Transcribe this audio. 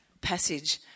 passage